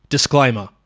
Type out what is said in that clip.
Disclaimer